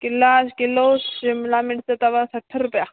किला किलो शिमला मिर्च अथव सठि रुपया